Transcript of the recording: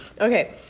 Okay